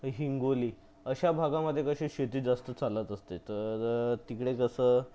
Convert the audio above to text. हिंगोली अशा भागामधे कसे शेती जास्त चालत असते तर तिकडे कसं